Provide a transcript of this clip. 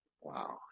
Wow